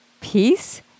Peace